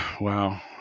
Wow